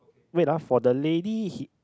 wait ah for the lady he